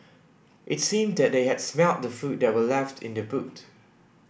it seemed that they had smelt the food that were left in the boot